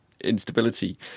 instability